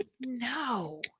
No